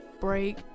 break